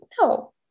no